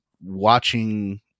watching